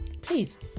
please